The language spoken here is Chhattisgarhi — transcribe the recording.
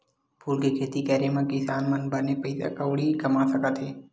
फूल के खेती करे मा किसान मन बने पइसा कउड़ी कमा सकत हे